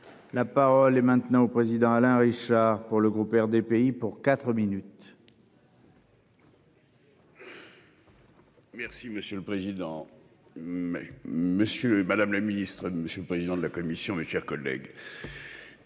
La parole est maintenant au président Alain Richard pour le groupe RDPI pour 4 minutes. Merci monsieur le président. Mais Monsieur et Madame la Ministre de monsieur le président de la commission. Mes chers collègues.